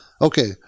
okay